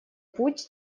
путь